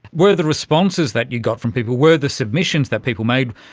were the responses that you got from people, were the submissions that people made,